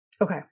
Okay